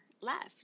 left